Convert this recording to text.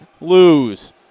lose